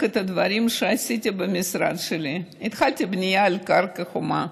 את הדברים שעשיתי במשרד שלי: התחלתי בנייה על קרקע חומה,